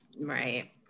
Right